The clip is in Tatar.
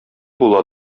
була